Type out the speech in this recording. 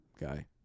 guy